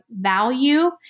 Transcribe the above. value